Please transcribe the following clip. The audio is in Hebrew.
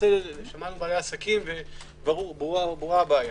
שמענו עסקים וברורה הבעיה.